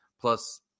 Plus